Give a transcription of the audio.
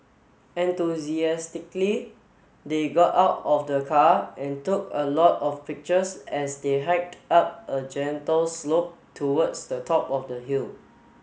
enthusiastically they got out of the car and took a lot of pictures as they hiked up a gentle slope towards the top of the hill